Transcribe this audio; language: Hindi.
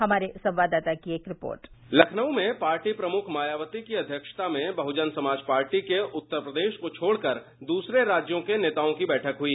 हमारे संवाददाता की एक रिपोर्ट लखनऊ में पार्टी प्रमुख मायावती की अध्यक्षता में बहजन समाज पार्टी के उत्तर प्रदेश को छोड़कर द्रसरे राज्यों के नेताओं की बैठक हुई